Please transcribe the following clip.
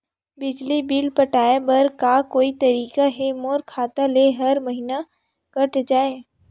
बिजली बिल पटाय बर का कोई तरीका हे मोर खाता ले हर महीना कट जाय?